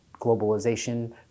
globalization